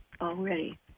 Already